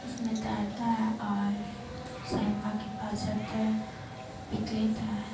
उसमें तैरता है और साईं बाबा के पास जाता है पिक लेता है